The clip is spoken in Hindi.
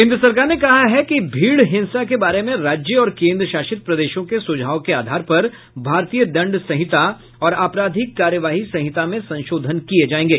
केन्द्र सरकार ने कहा है कि भीड़ हिंसा के बारे में राज्य और केन्द्रशासित प्रदेशों के सुझाव के आधार पर भारतीय दंड संहिता और आपराधिक कार्यवाही संहिता में संशोधन किये जायेंगे